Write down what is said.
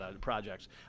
projects